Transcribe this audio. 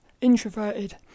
Introverted